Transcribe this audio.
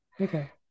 Okay